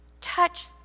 touch